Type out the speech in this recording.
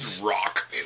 Rock